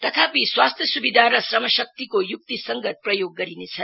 तथापि स्वास्थ्य सुविधा र क्षमशक्तिको युक्तिसंगत प्रयोग गरिनेछ